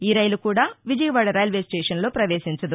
ఈ రైలు కూడా విజయవాడ రైల్వే స్టేషన్లోకి పవేశించదు